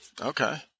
Okay